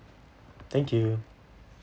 thank you